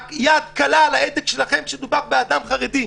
היד קלה על ההדק שלכם כשמדובר באדם חרדי,